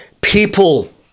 people